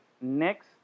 next –